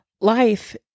Life